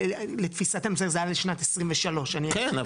לתפיסתנו זה היה לשנת 23. כן,